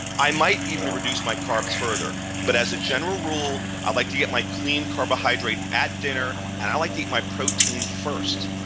i might even reduce my carbs further. but as a general rule, i like to get my clean carbohydrate at dinner, and i like to eat my protein first.